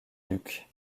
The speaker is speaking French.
duc